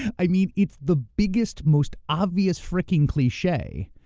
i mean, it's the biggest, most obvious fricking cliche,